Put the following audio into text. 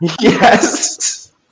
Yes